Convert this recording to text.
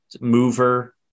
mover